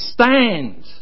stand